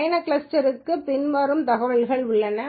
பயணக் கிளஸ்டருக்கு பின்வரும் தகவல்கள் உள்ளன